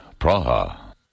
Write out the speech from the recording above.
Praha